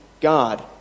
God